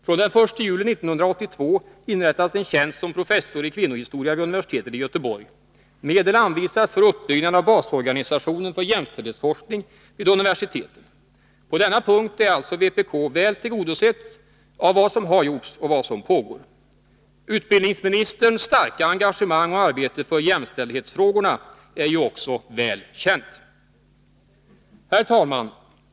Den 1 juli 1982 inrättas en tjänst som professor i kvinnohistoria vid universitetet i Göteborg. Medel anvisas för uppbyggnad av basorganisationer för jämställdhetsforskning vid universiteten. Också på denna punkt är vpk väl tillgodosett genom vad som har gjorts och vad som pågår. Utbildningsministerns starka engagemang och arbete för jämställdhetsfrågorna är också väl känt. Herr talman!